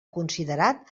considerat